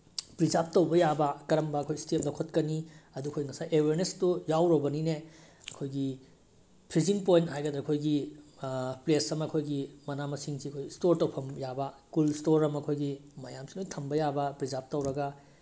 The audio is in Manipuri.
ꯄ꯭ꯔꯤꯖꯥꯞ ꯇꯧꯕ ꯌꯥꯕ ꯀꯔꯝꯕ ꯑꯩꯈꯣꯏ ꯏꯁꯇꯦꯞ ꯂꯧꯈꯠꯀꯅꯤ ꯑꯗꯨ ꯉꯁꯥꯏ ꯑꯦꯋꯦꯔꯅꯦꯁꯇꯨ ꯌꯥꯎꯔꯨꯔꯕꯅꯤꯅꯦ ꯑꯩꯈꯣꯏꯒꯤ ꯐ꯭ꯔꯤꯖꯤꯡ ꯄꯣꯏꯟ ꯍꯥꯏꯒꯗ꯭ꯔꯥ ꯑꯩꯈꯣꯏꯒꯤ ꯄ꯭ꯂꯦꯁ ꯑꯃ ꯑꯩꯈꯣꯏꯒꯤ ꯃꯥꯅ ꯃꯁꯤꯡꯁꯤ ꯑꯩꯈꯣꯏ ꯏꯁꯇꯣꯔ ꯇꯧꯐꯝ ꯌꯥꯕ ꯀꯨꯜ ꯏꯁꯇꯣꯔ ꯑꯃ ꯑꯩꯈꯣꯏꯒꯤ ꯃꯌꯥꯝꯁꯤ ꯂꯣꯏ ꯊꯝꯕ ꯌꯥꯕ ꯄ꯭ꯔꯤꯖꯥꯞ ꯇꯧꯔꯒ